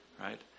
right